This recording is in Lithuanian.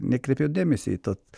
nekreipiau dėmesio į tos